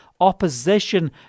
opposition